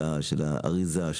של האריזה,